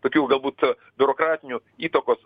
tokių galbūt biurokratinių įtakos